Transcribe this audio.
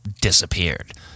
disappeared